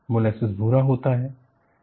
molasses भूरा होता है